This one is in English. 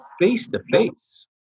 face-to-face